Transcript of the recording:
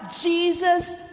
Jesus